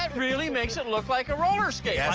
ah really makes it look like a roller skate. yeah